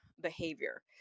behavior